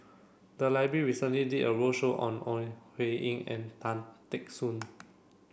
the library recently did a roadshow on Ore Huiying and Tan Teck Soon